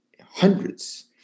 hundreds